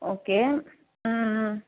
okay ம் ம்